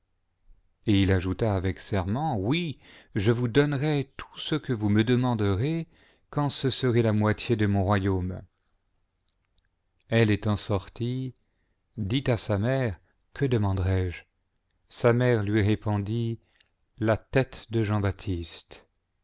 et il ajouta avec serment oui je vous donnerai tout ce que vous me demanderez quand ce serait la moitié de mon royaume elle étant sortie dit à sa mère que demanderai je sa mère lui répondit la tête de